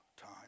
time